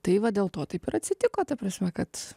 tai va dėl to taip ir atsitiko ta prasme kad